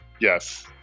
yes